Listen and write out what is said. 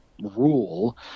rule